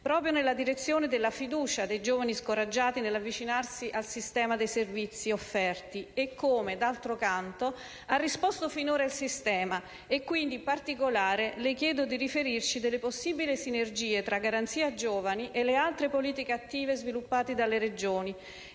proprio nella direzione della fiducia dei giovani scoraggiati nell'avvicinarsi al sistema dei servizi offerti, e come d'altro canto ha risposto finora il sistema. In particolare, le chiedo di riferirci delle possibili sinergie tra Garanzia giovani e le altre politiche attive sviluppate dalle Regioni,